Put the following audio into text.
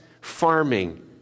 farming